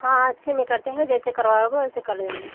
हाँ हाँ अच्छे में करते हैं जैसे करवाओगे वैसे कर देंगे